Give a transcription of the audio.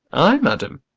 ay, madam,